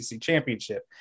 championship